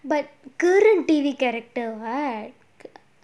but current T_V character right